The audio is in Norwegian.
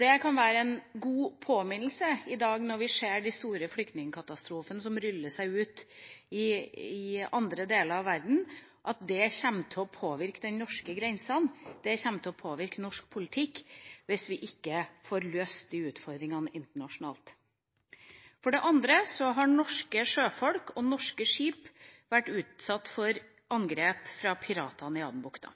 Det kan være en god påminnelse i dag. Når vi ser de store flyktningkatastrofene som rulles ut i andre deler av verden, kommer det til å påvirke de norske grensene, og det kommer til å påvirke norsk politikk, hvis vi ikke får løst disse utfordringene internasjonalt. For det tredje har norske sjøfolk og norske skip vært utsatt for angrep fra pirater i Adenbukta.